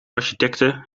architecte